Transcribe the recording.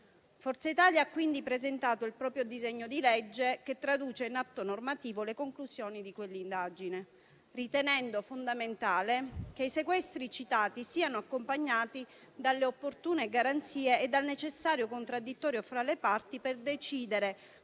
Forza Italia ha quindi presentato il proprio disegno di legge, che traduce in atto normativo le conclusioni di quella indagine, ritenendo fondamentale che i sequestri citati siano accompagnati dalle opportune garanzie e dal necessario contraddittorio fra le parti, per decidere